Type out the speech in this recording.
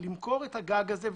למכור את הגג הזה,